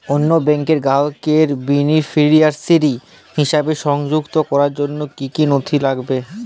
অন্য ব্যাংকের গ্রাহককে বেনিফিসিয়ারি হিসেবে সংযুক্ত করার জন্য কী কী নথি লাগবে?